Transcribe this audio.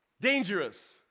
Dangerous